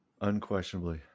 Unquestionably